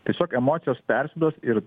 tiesiog emocijos persiduos ir